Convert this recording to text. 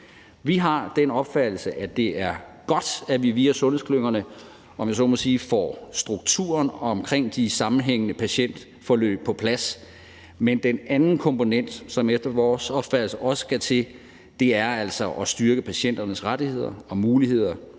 Vi har den opfattelse, at det er godt, at vi via sundhedsklyngerne, om jeg så må sige, får strukturen omkring de sammenhængende patientforløb på plads, men den anden komponent, som efter vores opfattelse også skal til, er altså at styrke patienternes rettigheder og muligheder